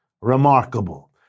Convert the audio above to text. Remarkable